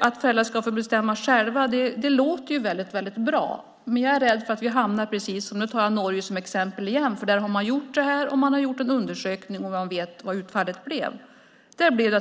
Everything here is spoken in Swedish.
Att föräldrar ska få bestämma själva låter väldigt bra. Men jag är rädd för att vi hamnar i precis samma situation som man gjorde i Norge. Nu tar jag Norge som exempel igen. Där har man nämligen gjort det här, och man har gjort en undersökning, och man vet vad utfallet blev.